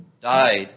died